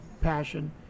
passion